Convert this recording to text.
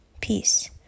peace